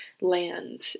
land